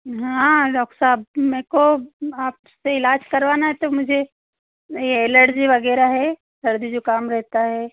हाँ डॉक साहब मुझको आपसे इलाज करवाना है तो मुझे यह एलर्जी वगैराह है सर्दी ज़ुखाम रहता है